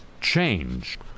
change